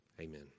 Amen